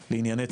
מזה,